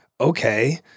Okay